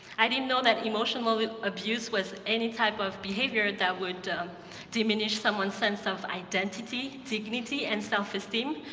i didn't know that emotional abuse was any type of behavior that would diminish someone's sense of identity, dignity, and self-esteem,